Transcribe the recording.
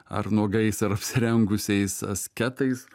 ar nuogais ar apsirengusiais asketais